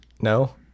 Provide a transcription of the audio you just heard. No